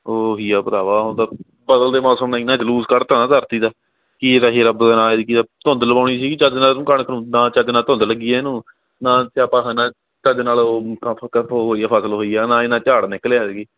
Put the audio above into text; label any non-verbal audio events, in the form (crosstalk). ਉਹੀ ਆ ਭਰਾਵਾ ਉਹਦਾ ਬਦਲਦੇ ਮੌਸਮ ਨੇ ਇੰਨਾ ਜਲੂਸ ਕੱਢਤਾ ਨਾ ਧਰਤੀ ਦਾ ਕੀ ਰਹੇ ਰੱਬ ਦਾ ਨਾਂ ਐਤਕੀ ਤਾਂ ਧੁੰਦ ਲਵਾਉਣੀ ਸੀਗੀ ਚੱਜ ਨਾਲ ਉਹਨੂੰ ਕਣਕ ਨੂੰ ਨਾ ਚੱਜ ਨਾਲ ਧੁੰਦ ਲੱਗੀ ਹੈ ਇਹਨੂੰ ਨਾ ਤੇ ਆਪਾਂ ਹਨਾ ਚੱਜ ਨਾਲ ਉਹ (unintelligible) ਹੋਈ ਆ ਫਸਲ ਹੋਈ ਆ ਨਾ ਇੰਨਾ ਝਾੜ ਨਿਕਲਿਆ ਐਤਕੀ